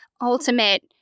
ultimate